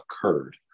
occurred